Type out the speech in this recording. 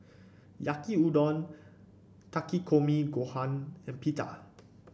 Yaki Udon Takikomi Gohan and Pita